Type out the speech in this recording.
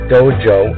Dojo